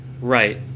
Right